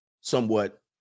somewhat